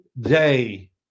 day